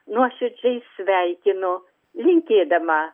nuoširdžiai sveikinu linkėdama